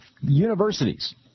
universities